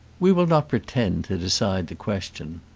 we will not pretend to decide the question.